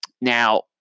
Now